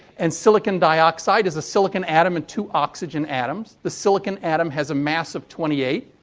and silicon dioxide is a silicon atom and two oxygen atoms. the silicon atom has a mass of twenty eight.